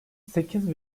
sekiz